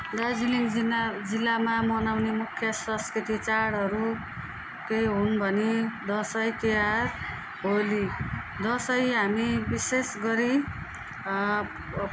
दार्जिलिङ जिल्ला जिल्लामा मनाउने मुख्य संस्कृति चाडहरू के हुन् भने दसैँ तिहार होली दसैँ हामी विशेष गरी